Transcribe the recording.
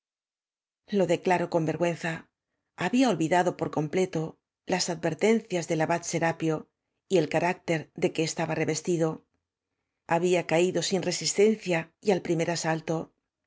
lo declaro con vergüenza había olvidado por completo las advertencias del abad serapio y el carácter de que estaba revestido había caí do sin resistencia y al primer asalto